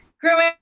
growing